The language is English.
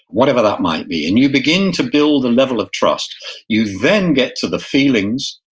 whatever that might be. and you begin to build a level of trust you then get to the feelings,